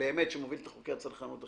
שבאמת מוביל את חוקי הצרכנות,